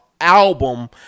album